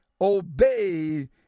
obey